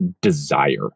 desire